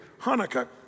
Hanukkah